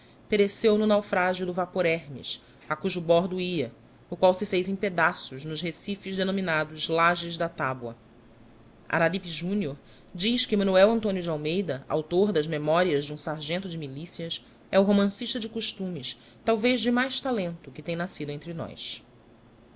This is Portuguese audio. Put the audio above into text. pereceu no naufrágio do vapor hermes y a cujo bordo ia o qual se fez em pedaços nos recifes denominados lages da tábua ararípe júnior diz que manoel antónio de almeida autor das memorias de um sargento de milícias é o romancista de costumes talvea de mais talento que tem nascido entre nós